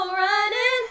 running